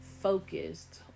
focused